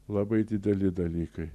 labai dideli dalykai